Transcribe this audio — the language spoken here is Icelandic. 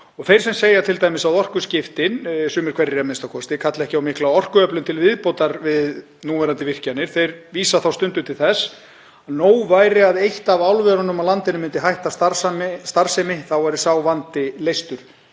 Þeir sem segja t.d. að orkuskiptin, sumir hverjir a.m.k., kalli ekki á mikla orkuöflun til viðbótar við núverandi virkjanir vísa þá stundum til þess að nóg væri að eitt af álverunum á landinu myndi hætta starfsemi, þá væri sá vandi leystur,